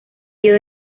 tío